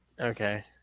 Okay